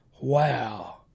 Wow